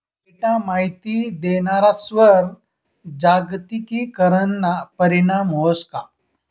Data माहिती देणारस्वर जागतिकीकरणना परीणाम व्हस का?